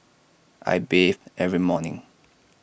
I bathe every morning